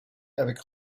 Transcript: avec